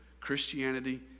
christianity